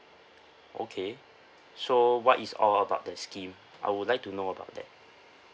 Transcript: okay so what is all about that scheme I would like to know about that